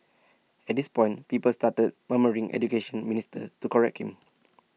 at this point people started murmuring Education Minister to correct him